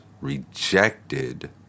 rejected